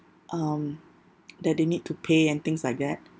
um that they need to pay and things like that